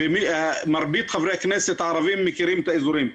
ומרבית חברי הכנסת הערבים מכירים את האזורים,